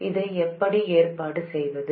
இதை எப்படி ஏற்பாடு செய்வது